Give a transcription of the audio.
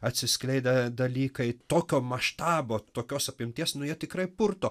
atsiskleidę dalykai tokio maštabo tokios apimties nu jie tikrai purto